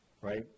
Right